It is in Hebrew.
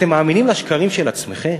אתם מאמינים לשקרים של עצמכם?